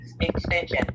extension